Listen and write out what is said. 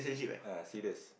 ah serious